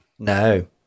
No